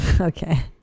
Okay